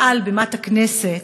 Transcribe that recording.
מעל בימת הכנסת,